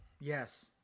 Yes